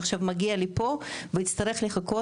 עכשיו מגיע לפה ויצטרך לחכות,